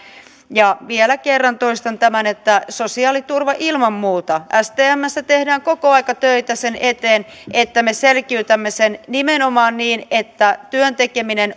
ja vielä kerran toistan tämän että sosiaaliturva ilman muuta stmssä tehdään koko ajan töitä sen eteen että me selkiytämme sen nimenomaan niin että työn tekeminen